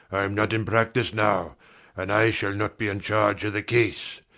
i'm not in practice now and i shall not be in charge of the case.